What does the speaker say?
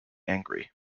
angry